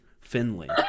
Finley